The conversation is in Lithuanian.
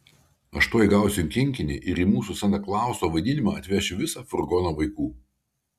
aš tuoj gausiu kinkinį ir į mūsų santa klauso vaidinimą atvešiu visą furgoną vaikų